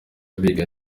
biga